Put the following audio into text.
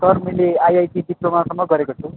sir मैले IIT डिप्लोमासम्म गरेको छु